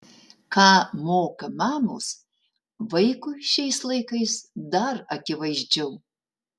ką moka mamos vaikui šiais laikais dar akivaizdžiau